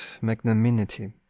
magnanimity